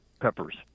peppers